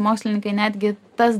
mokslininkai netgi tas